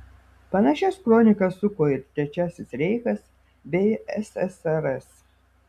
panašias kronikas suko ir trečiasis reichas bei ssrs